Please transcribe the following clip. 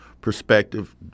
perspective